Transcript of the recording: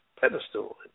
pedestal